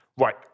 right